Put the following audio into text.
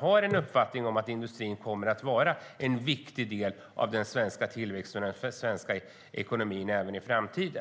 har hon uppfattningen att industrin kommer att vara en viktig del av den svenska tillväxten och ekonomin även i framtiden?